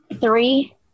three